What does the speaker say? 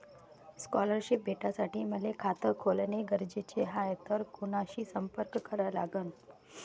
Scholarship भेटासाठी मले खात खोलने गरजेचे हाय तर कुणाशी संपर्क करा लागन?